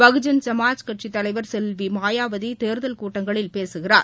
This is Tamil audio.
பகுஜன் சமாஜ் கட்சி தலைவர் செல்வி மாயாவதி தேர்தல் கூட்டங்களில் பேசுகிறார்